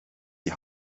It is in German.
die